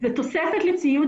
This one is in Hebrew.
זאת תוספת לציוד